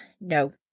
no